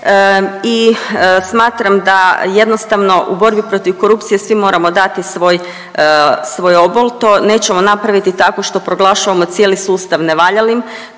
i smatram da jednostavno u borbi protiv korupcije svi moramo dati svoj, svoj obol. To nećemo napraviti tako što proglašavamo cijeli sustav nevaljalim,